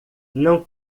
não